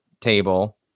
table